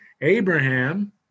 Abraham